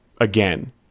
again